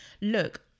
look